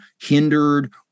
hindered